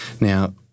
Now